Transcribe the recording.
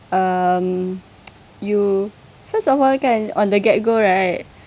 um you first of all kan on the get go right